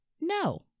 no